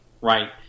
right